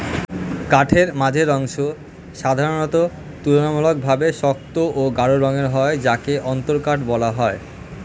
কাঠের মাঝের অংশ সাধারণত তুলনামূলকভাবে শক্ত ও গাঢ় রঙের হয় যাকে অন্তরকাঠ বলা হয়